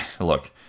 look